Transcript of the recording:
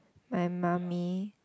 my mummy